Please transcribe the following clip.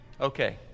okay